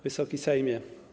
Wysoki Sejmie!